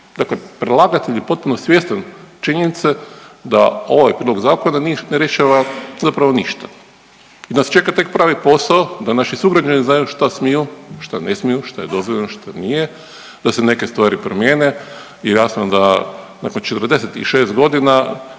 Dakle, predlagatelj je potpuno svjestan činjenice da ovaj prijedlog zakona ne rješava zapravo ništa jer nas čeka tek pravi posao da naši sugrađani znaju šta smiju, šta ne smiju, šta je dozvoljeno, šta nije, da se neke stvari promijene i jasno da nakon 46 godina